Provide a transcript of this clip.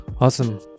Awesome